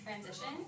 transition